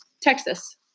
Texas